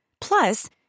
Plus